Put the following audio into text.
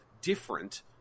different